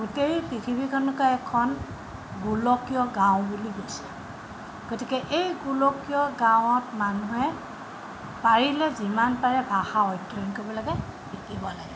গোটেই পৃথিৱীখনকে এখন গোলকীয় গাঁও বুলি কৈছে গতিকে এই গোলকীয় গাঁৱত মানুহে পাৰিলে যিমান পাৰে ভাষা অধ্যয়ন কৰিব লাগে শিকিব লাগে